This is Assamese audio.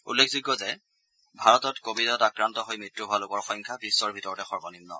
উল্লেখযোগ্য যে ভাৰতত কোৱিডত আক্ৰান্ত হৈ মৃত্যু হোৱা লোকৰ সংখ্যা বিশ্বৰ ভিতৰতে সৰ্বনিম্ন